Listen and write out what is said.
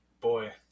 boy